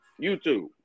YouTube